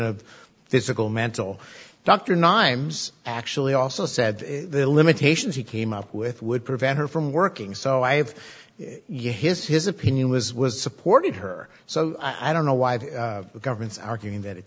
of physical mental dr nym's actually also said the limitations he came up with would prevent her from working so i have you his his opinion was was supporting her so i don't know why the government's arguing